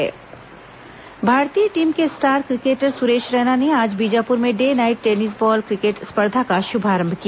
सुरेश रैना बीजापुर भारतीय टीम के star cricketer Suresh Raina ने आज बीजापुर में day night tennis ball cricket स्पर्धा का शुभारंभ किया